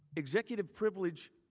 executive privilege.